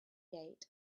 gate